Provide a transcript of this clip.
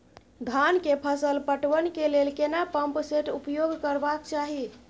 धान के फसल पटवन के लेल केना पंप सेट उपयोग करबाक चाही?